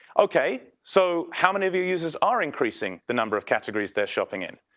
okay, so how many of your users are increasing the number of categories they're shopping in?